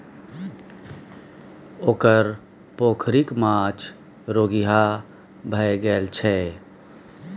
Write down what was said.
ओकर पोखरिक माछ रोगिहा भए गेल छै